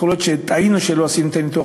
יכול להיות שטעינו שלא עשינו את הניתוח